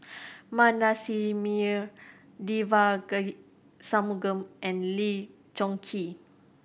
Manasseh Meyer Devagi Sanmugam and Lee Choon Kee